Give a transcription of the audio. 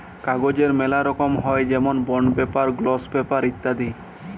কাগজের ম্যালা রকম হ্যয় যেমল বন্ড পেপার, গ্লস পেপার ইত্যাদি